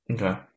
Okay